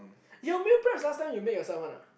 your meal preps last time you make yourself one ah